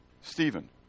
Stephen